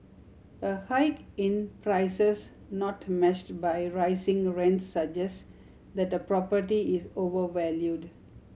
a hike in prices not matched by rising rents suggest that a property is overvalued